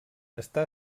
està